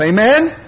Amen